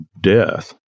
death